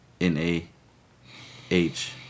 N-A-H